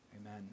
Amen